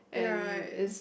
ya